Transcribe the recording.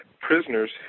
prisoners